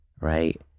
right